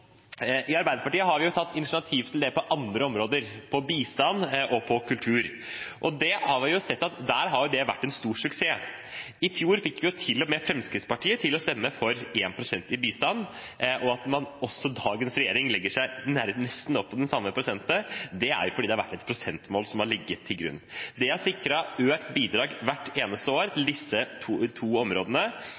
I Arbeiderpartiet har vi tatt initiativ til dette på andre områder – på bistandsområdet og på kulturområdet. Der har vi sett at det har vært en stor suksess. I fjor fikk vi til og med Fremskrittspartiet til å stemme for 1 pst. til bistand. Også dagens regjering legger seg på nesten den samme prosenten. Det er fordi det har vært et prosentmål som har ligget til grunn. Det har hvert eneste år sikret økt bidrag til disse to områdene.